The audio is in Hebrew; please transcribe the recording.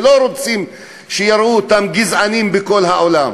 שלא רוצים שיראו אותם גזענים בכל העולם?